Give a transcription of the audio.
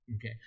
Okay